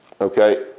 Okay